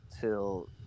till